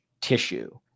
tissue